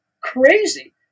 crazy